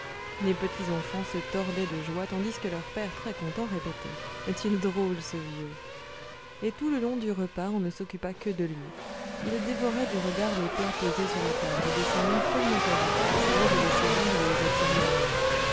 les petits enfants se tordaient de joie tandis que leur père très content répétait est-il drôle ce vieux et tout le long du repas on ne s'occupa que de lui il dévorait du regard les plats posés sur la table et de sa main follement agitée essayait de les saisir et de les attirer à lui